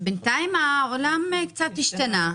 בינתיים העולם קצת השתנה,